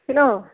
hello